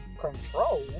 control